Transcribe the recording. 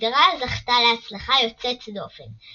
הסדרה זכתה להצלחה יוצאת דופן,